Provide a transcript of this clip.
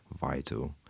vital